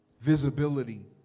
visibility